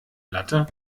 latte